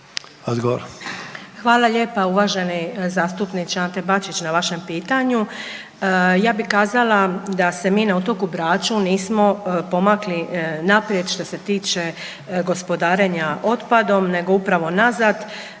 Hvala lijepa uvaženi zastupniče Ante Bačić na vašem pitanju. Ja bi kazala da se mi na otoku Braču nismo pomakli naprijed što se tiče gospodarenja otpadom nego upravo nazad,